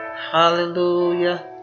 Hallelujah